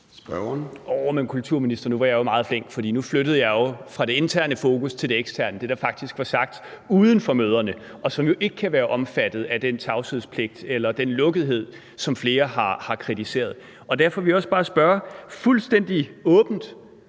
nu var jeg jo meget flink, for nu flyttede jeg fokus fra det interne til det eksterne, altså det, der faktisk var sagt uden for møderne, og som jo ikke kan være omfattet af den tavshedspligt eller den lukkethed, som flere har kritiseret. Og derfor vil jeg også bare spørge fuldstændig åbent: